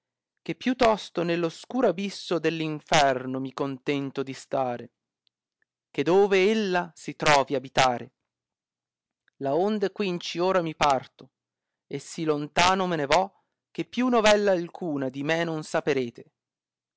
che più tosto nell oscuro abisso dell inferno mi contento di stare che dove ella si trovi abitare laonde quinci ora mi parto e si lontano me ne vo che più novella alcuna di me non saperete